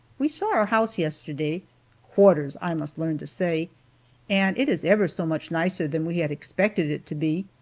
we saw our house yesterday quarters i must learn to say and it is ever so much nicer than we had expected it to be.